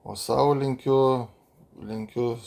o sau linkiu linkiu